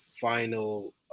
final